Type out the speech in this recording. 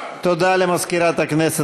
תודה למזכירת הכנסת.